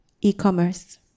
e-commerce